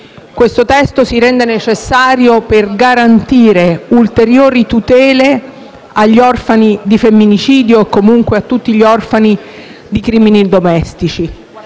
Questo testo si rende necessario per garantire ulteriori tutele agli orfani di femminicidio o comunque a tutti gli orfani di crimini domestici.